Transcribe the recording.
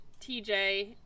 TJ